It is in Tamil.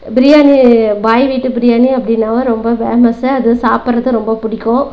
பிரியாணி பாய் வீட்டு பிரியாணி அப்படினாவே ரொம்ப ஃபேமஸு அது சாப்பிட்றது ரொம்ப பிடிக்கும்